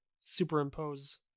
superimpose